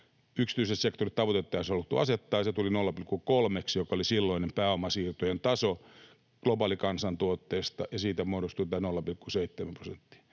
Yksityisen sektorin tavoitetta ei olisi haluttu asettaa, ja se tuli 0,3:ksi, joka oli silloinen pääomasiirtojen taso globaalikansantuotteesta, ja siitä muodostui tämä 0,7 prosenttia.